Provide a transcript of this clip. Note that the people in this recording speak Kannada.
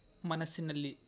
ಮನಸ್ಸಿನಲ್ಲಿ